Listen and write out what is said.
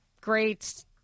great